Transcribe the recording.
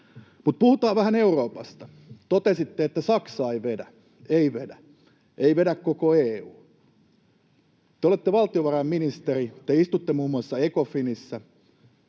Mutta puhutaan vähän Euroopasta. Totesitte, että Saksa ei vedä. Ei vedä. Ei vedä koko EU. Te olette valtiovarainministeri. Te istutte muun muassa Ecofinissä.